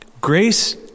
grace